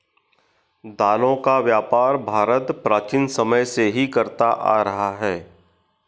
दालों का व्यापार भारत प्राचीन समय से ही करता आ रहा है